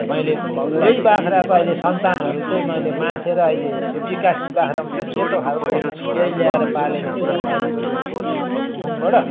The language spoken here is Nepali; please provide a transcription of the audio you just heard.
मैले त्यही बाख्राको अहिले सन्तानहरू चाहिँ मैले मासेर अहिले यो बिकासी बाख्रा हुन्छ सेतो खालको त्यही ल्याएर पालेको छु यहाँ पारिपट्टि पुबुङबाट